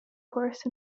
course